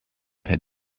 per